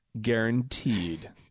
guaranteed